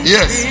Yes